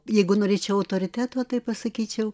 jeigu norėčiau autoriteto tai pasakyčiau